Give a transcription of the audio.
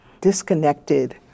disconnected